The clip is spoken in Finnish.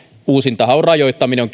uusintahaun rajoittaminen